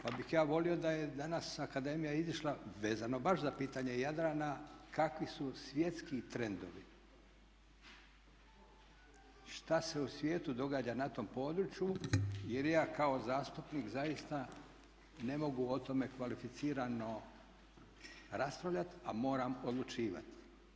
Pa bih ja volio da je danas akademija izišla, vezano baš za pitanje Jadrana kakvi su svjetski trendovi, šta se u svijetu događa na tom području jer ja kao zastupnik zaista ne mogu o tome kvalificirano raspravljati a moram odlučivati.